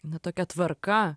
na tokia tvarka